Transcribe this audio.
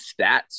stats